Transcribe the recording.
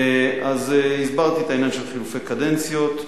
אז הסברתי את העניין של חילופי קדנציות.